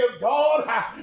God